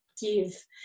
give